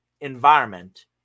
environment